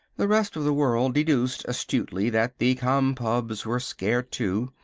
the rest of the world deduced astutely that the compubs were scared, too.